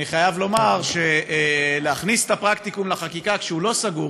אני חייב לומר שלהכניס את הפרקטיקום לחקיקה כשהוא לא סגור,